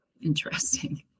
interesting